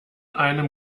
einem